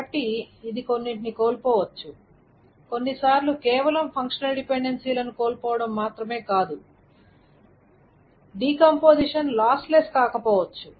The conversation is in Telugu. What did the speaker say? కాబట్టి ఇది కొన్నింటిని కోల్పోవచ్చు కొన్నిసార్లు కేవలం ఫంక్షనల్ డిపెండెన్సీలను కోల్పోవటం మాత్రమే కాదు డీకంపోసిషన్ లాస్ లెస్ కాకపోవచ్చు